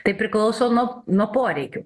tai priklauso nuo nuo poreikių